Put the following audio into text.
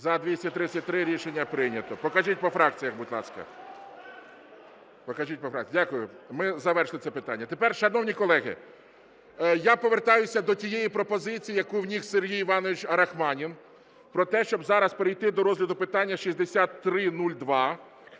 За-233 Рішення прийнято. Покажіть по фракціях, будь ласка. Дякую, ми завершили це питання. Тепер, шановні колеги, я повертаюся до тієї пропозиції, яку вніс Сергій Іванович Рахманін про те, щоб зараз перейти до розгляду питання 6302.